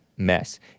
mess